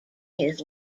his